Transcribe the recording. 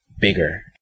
bigger